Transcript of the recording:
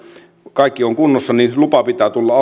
kaikki on kunnossa lupa pitää tulla